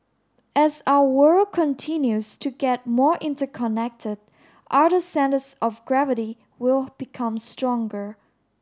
as our world continues to get more interconnected other centres of gravity will become stronger